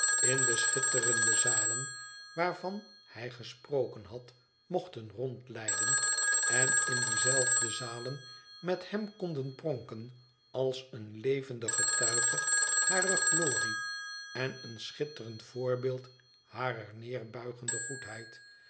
in de schitterende zalen waarvan hij gesproken had mochten rondleiden en in die zelfde zalen met hem konden pronken als een levende getuige harer glorie en een schitterend voorbeeld harer nederbuigende goedheid